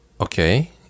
Okay